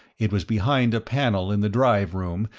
it was behind a panel in the drive room,